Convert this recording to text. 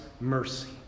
mercy